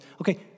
okay